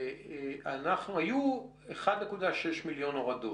היו 1.6 מיליון הורדות.